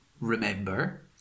remember